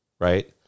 right